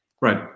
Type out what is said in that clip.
Right